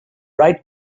right